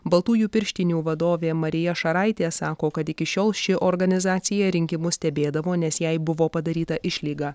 baltųjų pirštinių vadovė marija šaraitė sako kad iki šiol ši organizacija rinkimus stebėdavo nes jai buvo padaryta išlyga